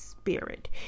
Spirit